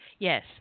Yes